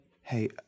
Hey